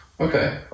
Okay